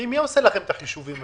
מי עושה לכם את החישובים?